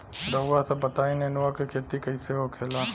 रउआ सभ बताई नेनुआ क खेती कईसे होखेला?